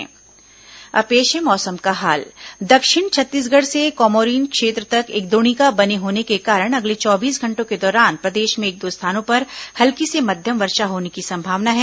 मौसम और अब पेश है मौसम का हाल दक्षिण छत्तीसगढ़ से कोमोरीन क्षेत्र तक एक द्रोणिका बने होने के कारण अगले चौबीस घंटों के दौरान प्रदेश में एक दो स्थानों पर हल्की से मध्यम वर्षा होने की संभावना है